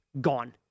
gone